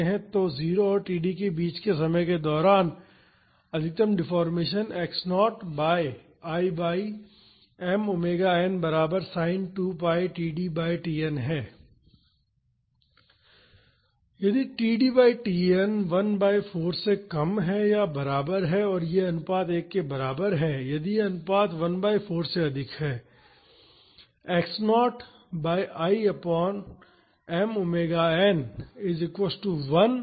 तो 0 और td के बीच के समय के दौरान अधिकतम deformation x0 by I by m omega n बराबर sine 2 pi td by Tn है यदि td बाई Tn 1 बाई 4 से कम या बराबर है और यह अनुपात 1 के बराबर है यदि यह अनुपात 1 बाई 4 से अधिक है